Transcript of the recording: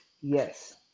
yes